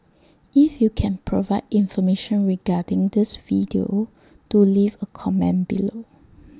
if you can provide information regarding this video do leave A comment below